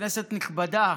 כנסת נכבדה,